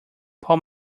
paul